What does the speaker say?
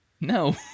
no